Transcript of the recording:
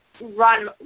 run